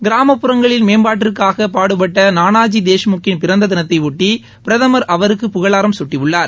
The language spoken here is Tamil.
கிராமப்புறங்களின் மேம்பாட்டிற்காக பாடுபட்ட நானாஜி தேஷ்முக்கின் பிறந்த தினத்தையொட்டி பிரதமர் அவருக்கு புகழாரம் சூட்டியுள்ளார்